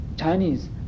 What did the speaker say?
Chinese